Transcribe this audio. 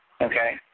okay